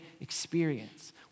experience